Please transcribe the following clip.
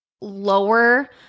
lower